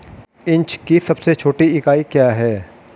Inch की सबसे छोटी इकाई क्या है?